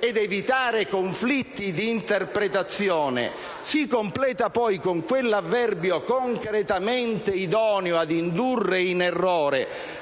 ed evitare conflitti di interpretazione - si completa con l'espressione «concretamente idoneo ad indurre in errore»